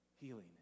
healing